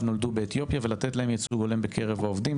נולדו באתיופיה ולתת להם ייצוג הולם בקרב העובדים,